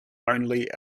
only